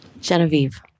Genevieve